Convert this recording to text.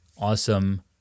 awesome